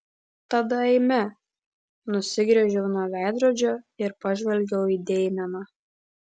tada eime nusigręžiau nuo veidrodžio ir pažvelgiau į deimeną